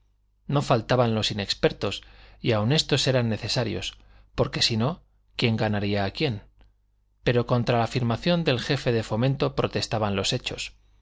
no faltaban los inexpertos y aun estos eran necesarios porque si no quién ganaría a quién pero contra la afirmación del jefe de fomento protestaban los hechos